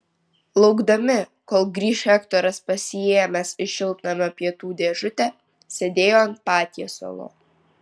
laukdami kol grįš hektoras pasiėmęs iš šiltnamio pietų dėžutę sėdėjo ant patiesalo